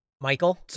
Michael